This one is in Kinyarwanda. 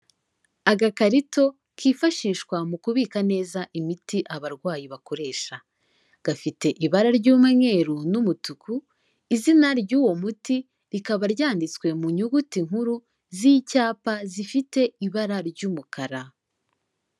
Agakarito kifashishwa mu kubika neza imiti abarwayi bakoresha gafite ibara ry'umweru n'umutuku izina ry'uwo muti rikaba ryanditswe mu nyuguti nkuru z'icyapa zifite ibara ry'umukara.